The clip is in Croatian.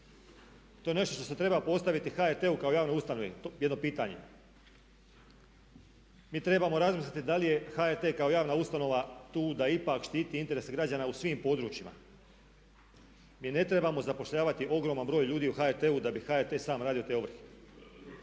To je nešto što se treba postaviti HRT-u kao javnoj ustanovi, jedno pitanje. Mi trebamo razmisliti da li je HRT kao javna ustanova tu da ipak štiti interese građana u svim područjima. Mi ne trebamo zapošljavati ogroman broj ljudi u HRT-u da bi HRT sam radio te ovrhe.